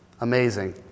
Amazing